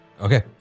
Okay